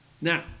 Now